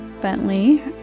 Bentley